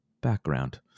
background